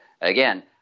again